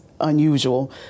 unusual